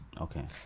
Okay